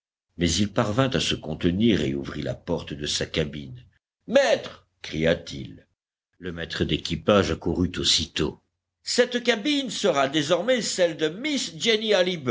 mais il parvint à se contenir et ouvrit la porte de sa cabine maître cria-t-il le maître d'équipage accourut aussitôt cette cabine sera désormais celle de miss jenny